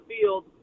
field